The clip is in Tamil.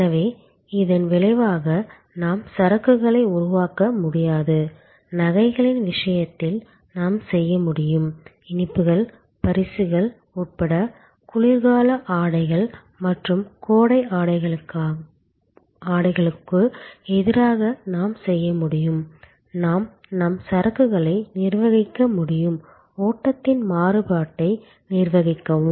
எனவே இதன் விளைவாக நாம் சரக்குகளை உருவாக்க முடியாது நகைகளின் விஷயத்தில் நாம் செய்ய முடியும் இனிப்புகள் பரிசுகள் உட்பட குளிர்கால ஆடைகள் மற்றும் கோடை ஆடைகளுக்கு எதிராக நாம் செய்ய முடியும் நாம் நம் சரக்குகளை நிர்வகிக்க முடியும் ஓட்டத்தின் மாறுபாட்டை நிர்வகிக்கவும்